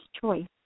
choice